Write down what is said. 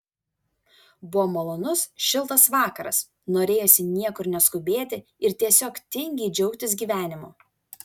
buvo malonus šiltas vakaras norėjosi niekur neskubėti ir tiesiog tingiai džiaugtis gyvenimu